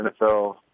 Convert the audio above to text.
NFL